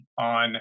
on